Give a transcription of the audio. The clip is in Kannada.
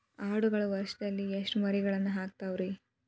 ಆಡುಗಳು ವರುಷದಲ್ಲಿ ಎಷ್ಟು ಮರಿಗಳನ್ನು ಹಾಕ್ತಾವ ರೇ?